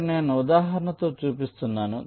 ఇక్కడ నేను ఉదాహరణ తో చూపిస్తున్నాను